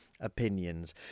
opinions